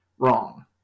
Wrong